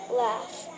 laugh